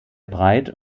breit